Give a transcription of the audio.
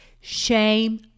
shame